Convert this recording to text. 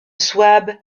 souabe